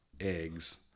eggs